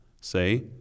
Say